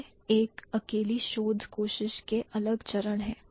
यह है एक अकेली शोध कोशिश के अलग चरण हैं